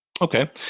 Okay